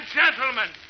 gentlemen